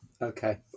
Okay